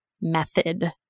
method